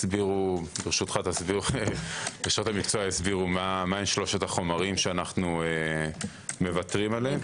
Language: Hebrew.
נשות המקצוע יסבירו מהם שלושת החומרים שאנו מוותרים עליהם,